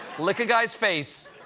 lick a guy's face,